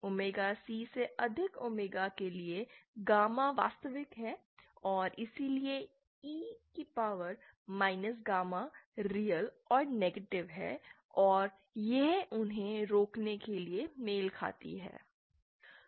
omega C से अधिक omega के लिए गामा वास्तविक है और इसलिए E power minus gamma real और नेगेटिव है और यह उन्हें रोकने के लिए मेल खाती है